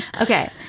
Okay